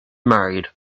married